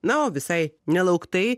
na o visai nelauktai